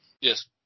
Yes